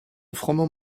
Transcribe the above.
froment